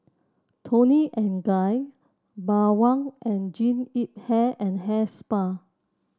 Toni and Guy Bawang and Jean Yip Hair and Hair Spa